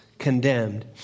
condemned